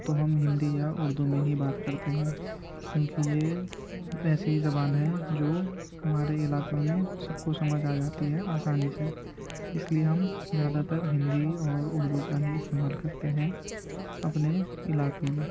تو ہم ہندی یا اردو میں ہی بات کرتے ہیں کیونکہ یہ ایسی زبان ہے جو ہمارے علاقوں میں سب کو سمجھ آ جاتی ہے آسانی سے اس لیے ہم زیادہ تر ہندی اور اردو کا ہی استعمال کرتے ہیں اپنے علاقے میں